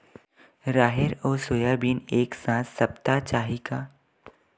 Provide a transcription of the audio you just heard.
राहेर अउ सोयाबीन एक साथ सप्ता चाही का?